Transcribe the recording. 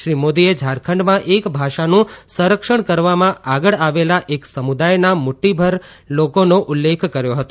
શ્રી મોદીએ ઝારખંડમાં એક ભાષાનું સંરક્ષણ કરવામાં આગળ આવેલા એક સમુદાયના મુઠ્ઠીભર લોકોનો ઉલ્લેખ કર્યો હતો